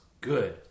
good